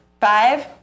five